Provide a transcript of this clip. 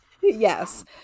yes